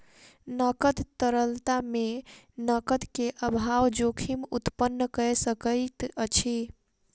नकद तरलता मे नकद के अभाव जोखिम उत्पन्न कय सकैत अछि